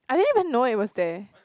I didn't even know it was there